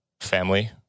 family